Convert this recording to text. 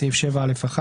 בסעיף 7(א)(1),